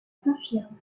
confirme